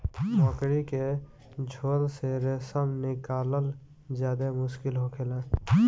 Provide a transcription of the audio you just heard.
मकड़ी के झोल से रेशम निकालल ज्यादे मुश्किल होखेला